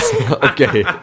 Okay